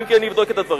אגב,